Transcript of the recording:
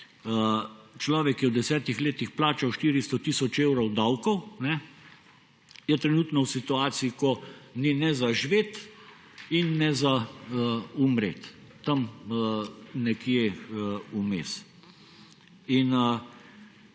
človek, ki je v 10 letih plačal 400 tisoč evrov davkov, je trenutno v situaciji, ko ni ne za živeti in ne za umreti. Tam nekje vmes.